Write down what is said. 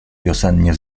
wiosennie